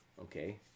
Okay